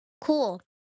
Cool